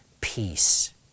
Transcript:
peace